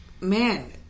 man